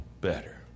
better